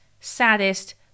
saddest